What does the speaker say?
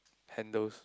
handles